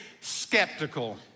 skeptical